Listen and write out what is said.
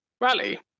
rally